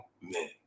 men